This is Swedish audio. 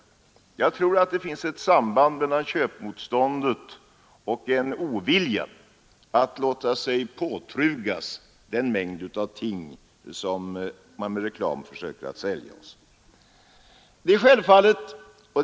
Jag tror att det finns ett samband mellan köpmotståndet och oviljan att låta sig påtrugas en mängd ting som man med reklam försöker sälja till oss.